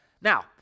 Now